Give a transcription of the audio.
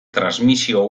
transmisio